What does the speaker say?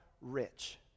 rich